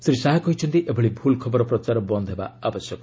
ଶ୍ରୀ ଶାହା କହିଛନ୍ତି ଏଭଳି ଭ୍ରଲ ଖବର ପ୍ରଚାର ବନ୍ଦ ହେବା ଆବଶ୍ୟକ